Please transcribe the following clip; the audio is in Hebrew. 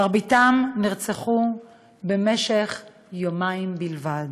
מרביתם נרצחו במשך יומיים בלבד.